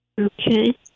Okay